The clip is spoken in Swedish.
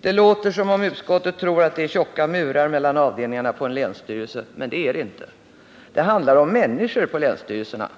Det låter som om utskottet tror att det är tjocka murar mellan avdelningarna på en länsstyrelse. Det är det inte. Det handlar om människor på länsstyrelserna.